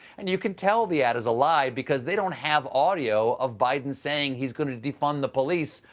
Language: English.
and you can tell the ad is a lie because they don't have audio of biden saying he's going to defund the police.